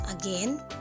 Again